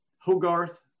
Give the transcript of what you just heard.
Hogarth